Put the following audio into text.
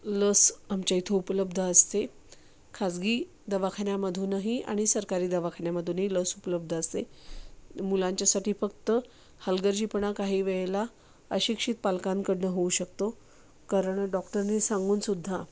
लस आमच्या इथं उपलब्ध असते खाजगी दवाखान्यामधूनही आणि सरकारी दवाखान्यामधूनही लस उपलब्ध असते मुलांच्यासाठी फक्त हलगर्जीपणा काही वेळेला अशिक्षित पालकांकडनं होऊ शकतो कारण डॉक्टरनी सांगूनसुद्धा